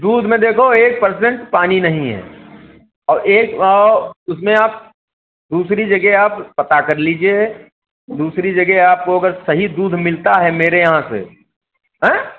दूध में देखो एक पर्सेंट पानी नहीं है और एक और उसमें आप दूसरी जगह आप पता कर लीजिए दूसरी जगह आपको अगर सही दूध मिलता है मेरे यहाँ से हाँ